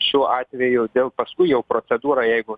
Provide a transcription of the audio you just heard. šiuo atveju dėl paskui jau procedūra jeigu